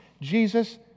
Jesus